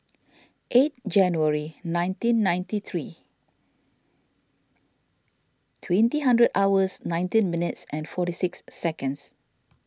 eight January nineteen ninety three twenty hundred hours nineteen minutes and forty six seconds